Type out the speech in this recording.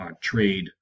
trade